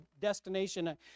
destination